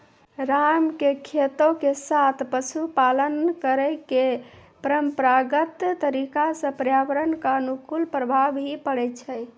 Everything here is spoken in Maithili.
राम के खेती के साथॅ पशुपालन करै के परंपरागत तरीका स पर्यावरण कॅ अनुकूल प्रभाव हीं पड़ै छै